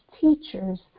teachers